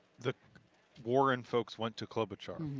the warren folks went to klobuchar.